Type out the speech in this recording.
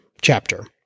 chapter